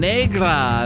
Negra